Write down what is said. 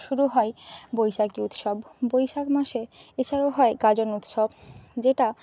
শুরু হয় বৈশাখী উৎসব বৈশাখ মাসে এছাড়াও হয় গাজন উৎসব যেটা